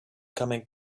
coming